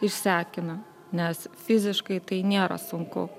išsekina nes fiziškai tai nėra sunku